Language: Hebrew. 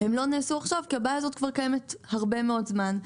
הם לא נעשו עכשיו כי הבעיה הזאת קיימת כבר הרבה מאוד זמן.